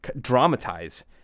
dramatize